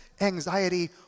anxiety